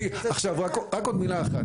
עכשיו, רק עוד מילה אחת.